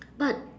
but